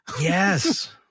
Yes